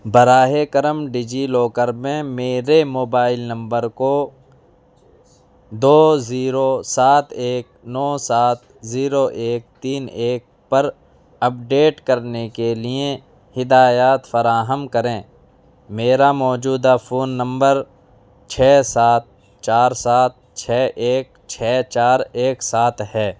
براہ کرم DigiLocker میں میرے موبائل نمبر کو دو زیرو سات ایک نو سات زیرو ایک تین ایک پر اپ ڈیٹ کرنے کے لئیں ہدایات فراہم کریں میرا موجودہ فون نمبر چھ سات چار سات چھ ایک چھ چار ایک سات ہے